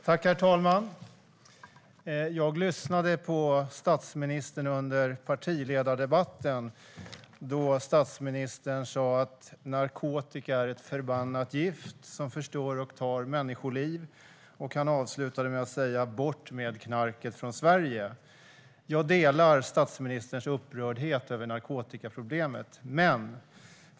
Herr talman! Jag lyssnade på statsministern under partiledardebatten. Statsministern sa att narkotika är ett förbannat gift som förstör och tar människoliv. Han avslutade med att säga att knarket ska bort från Sverige. Jag delar statsministerns upprördhet över narkotikaproblemet.